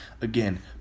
Again